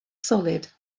solid